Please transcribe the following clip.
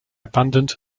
abundant